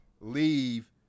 leave